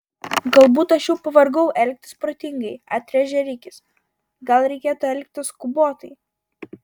galbūt aš jau pavargau elgtis protingai atrėžė rikis gal reikėtų elgtis skubotai